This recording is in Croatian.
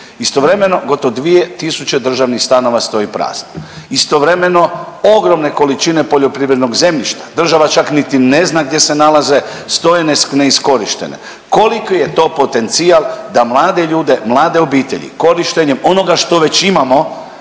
Istovremeno, gotovo 2 tisuće državnih stanova stoji prazno. Istovremeno ogromne količine poljoprivrednog zemljišta, država čak niti ne znam gdje se nalaze, stoje neiskorištene. Koliki je to potencijal da mlade ljude, mlade obitelji, korištenjem onoga što već imamo